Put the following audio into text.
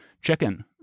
chicken